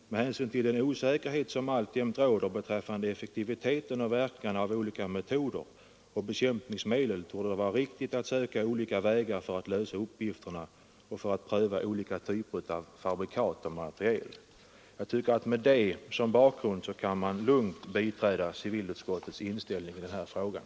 Med hänsyn till den osäkerhet som alltjämt råder beträffande effektiviteten och verkningarna av olika bekämpningsmetoder och bekämpningsmedel torde det vara riktigt att söka olika vägar för att lösa uppgifterna och att pröva olika typer av fabrikat och materiel.” Med detta som bakgrund tycker jag att man lugnt kan biträda civilutskottets inställning i den här frågan.